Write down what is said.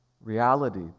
reality